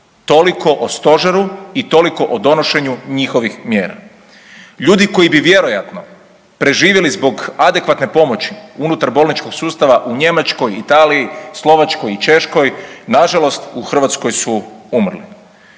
Toliko o stožeru i toliko o donošenju njihovih mjera. Ljudi koji bi vjerojatno preživjeli zbog adekvatne pomoći unutar bolničkog sustava u Njemačkoj, Italiji, Slovačkoj i Češkoj nažalost u Hrvatskoj su umrli.